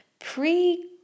pre